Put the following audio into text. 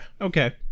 Okay